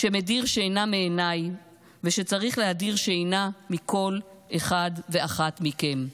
שמדיר שינה מעיניי ושצריך להדיר שינה מכל אחד ואחת מכם.